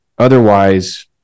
otherwise